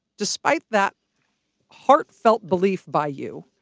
despite that heartfelt belief by you,